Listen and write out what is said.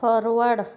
forward